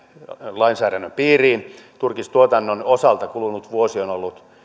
lainsäädännön piiriin turkistuotannon osalta kulunut vuosi on ollut